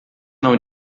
não